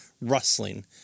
rustling